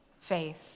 faith